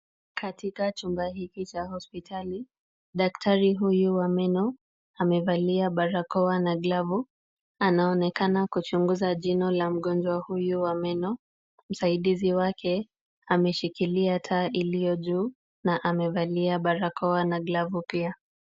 Katika chumba hiki cha hospitali daktari huyu wa meno amevalia barakoa na glavu anaonekana kuchunguza jino la mgonjwa huyu wa meno. Msaidizi wake ameshikilia taa iliyo juu na amevalia barakoa na glavu pia.